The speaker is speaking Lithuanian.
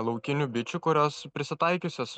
laukinių bičių kurios prisitaikiusios